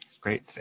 great